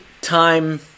time